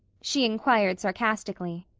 she inquired sarcastically.